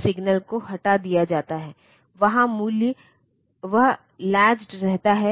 signal timing signal control signal वगैरह के synchronization के लिए हैं